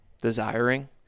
desiring